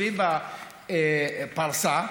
סביב הפרסה,